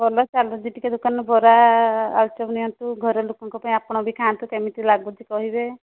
ଭଲ ଚାଲୁଛି ଟିକେ ଦୋକାନରୁ ବରା ଆଳୁଚପ୍ ନିଅନ୍ତୁ ଘର ଲୋକଙ୍କ ପାଇଁ ଆପଣ ବି ଖାଆନ୍ତୁ କେମିତି ଲାଗୁଛି କହିବେ